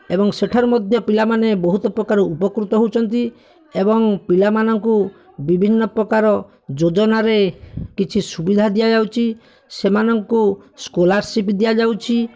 ଏବଂ ସେଠାରେ ମଧ୍ୟ ପିଲାମାନେ ବହୁତପ୍ରକାର ଉପକୃତ ହେଉଛନ୍ତି ଏବଂ ପିଲାମାନଙ୍କୁ ବିଭିନ୍ନପ୍ରକାର ଯୋଜନାରେ କିଛି ସୁବିଧା ଦିଆଯାଉଛି ସେମାନଙ୍କୁ ସ୍କୋଲାର୍ସିପ୍ ଦିଆଯାଉଛି